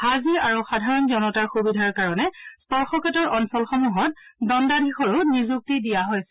হাজী আৰু সাধাৰণ জনতাৰ সুবিধাৰ কাৰণে স্পৰ্শকাতৰ অঞ্চলসমূহত দণ্ডাধীশৰো নিযুক্তি দিয়া হৈছে